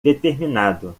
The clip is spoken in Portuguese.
determinado